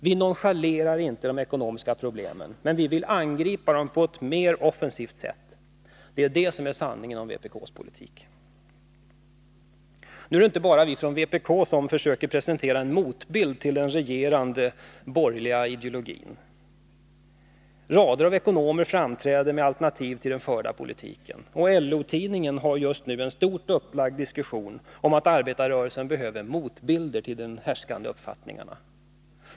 Vi nonchalerar inte de ekonomiska problemen. Men vi vill angripa dem på ett mer offensivt sätt. Det är sanningen om vpk:s politik. Nu är det inte bara vi från vpk som försöker presentera en motbild till den regerande borgerliga ideologin. Rader av ekonomer framträder med alternativ till den förda politiken. LO-tidningen har just nu en stort upplagd diskussion om att arbetarrörelsen behöver motbilder till de härskande uppfattningarna.